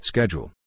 Schedule